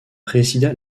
présida